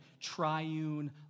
triune